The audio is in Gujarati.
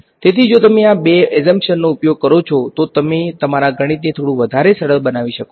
તેથી જો તમે આ બે ધારણાઓનો ઉપયોગ કરો છો તો તમે તમારા ગણિતને થોડું વધારે સરળ બનાવી શકો છો